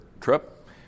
trip